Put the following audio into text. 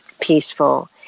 Peaceful